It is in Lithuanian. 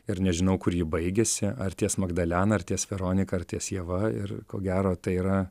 ir nežinau kur ji baigiasi ar ties magdalena ar ties veronika ar ties ieva ir ko gero tai yra